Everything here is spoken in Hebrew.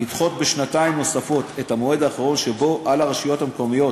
לדחות בשנתיים נוספות את המועד האחרון שבו על הרשויות המקומיות